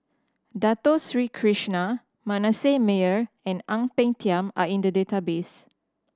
Dato Sri Krishna Manasseh Meyer and Ang Peng Tiam are in the database